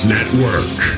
Network